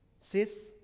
sis